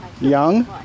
Young